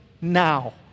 now